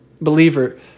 Believer